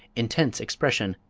intense expression,